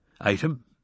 Item